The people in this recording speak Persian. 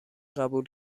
قبول